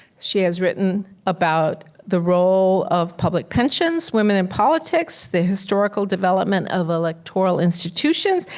she has written about the role of public pensions, women in politics, the historical development of electoral institutions,